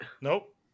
Nope